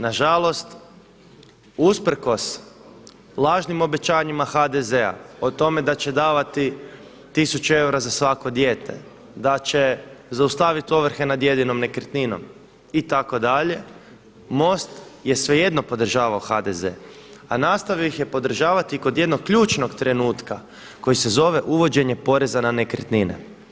Nažalost, usprkos lažnim obećanjima HDZ-a o tome da će davati tisuću eura za svako dijete, da će zaustaviti ovrhe nad jedinom nekretninom, itd., MOST je svejedno podržavao HDZ a nastavio ih je podržavati kod jednog ključnog trenutka koji se zove uvođenje poreza na nekretnine.